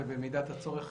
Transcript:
ובמידת הצורך